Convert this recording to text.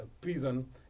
prison